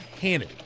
Hannity